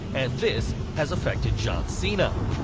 and this has affected john cena.